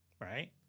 Right